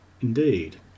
Indeed